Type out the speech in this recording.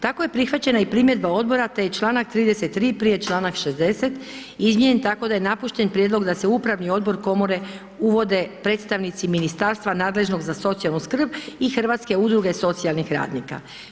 Tako je prihvaćena i primjedba Odbora, te je čl. 33., prije čl. 60., izmijenjen tako da je napušten prijedlog da se u upravni Odbor Komore uvode predstavnici Ministarstva nadležnog za socijalnu skrb i Hrvatske udruge socijalnih radnika.